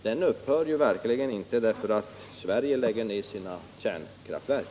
Den verksamheten upphör verkligen inte bara därför att Sverige lägger ner sina kärnkraftverk!